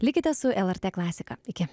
likite su lrt klasika iki